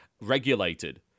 regulated